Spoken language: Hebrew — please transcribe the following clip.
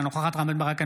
אינה נוכחת רם בן ברק,